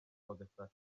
bagashaka